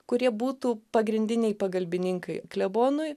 kurie būtų pagrindiniai pagalbininkai klebonui